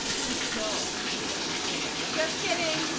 no you never feel better just kidding!